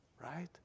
right